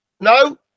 no